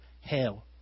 hell